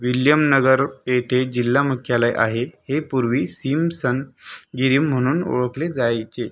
विल्यमनगर येथे जिल्हा मुख्यालय आहे हे पूर्वी सिमसन गिरी म्हणून ओळखले जायचे